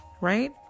right